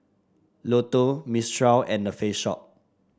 Lotto Mistral and The Face Shop